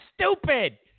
stupid